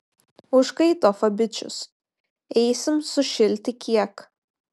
užkaito fabičius eisim sušilti kiek